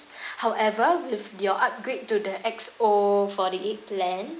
however with your upgrade to the X_O forty-eight plan